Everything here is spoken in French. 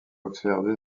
observer